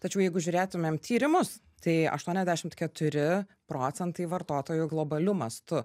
tačiau jeigu žiūrėtumėm tyrimus tai aštuoniasdešimt keturi procentai vartotojų globaliu mastu